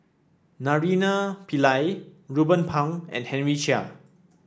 Naraina Pillai Ruben Pang and Henry Chia